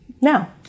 now